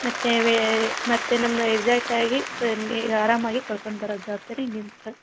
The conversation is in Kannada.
ಮತ್ತು ವೇ ಮತ್ತು ನಮ್ಮನ್ನ ಎಕ್ಸಾಕ್ಟಾಗಿ ಆರಾಮಾಗಿ ಕರ್ಕೊಂಡು ಬರೋ ಜವಾಬ್ದಾರಿ ನಿಮ್ದು